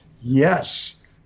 Yes